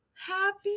happy